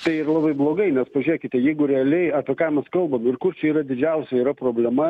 tai yra labai blogai nes pažiekite jeigu realiai apie ką mes kalbam ir kur čia yra didžiausia yra problema